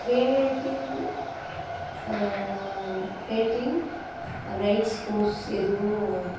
creating creating rights course எதுவும்